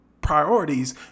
priorities